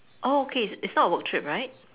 oh okay it's it's not a work trip right